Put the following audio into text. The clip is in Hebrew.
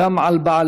אדוני